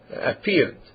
appeared